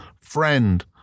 friend